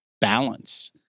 balance